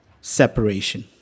separation